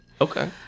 Okay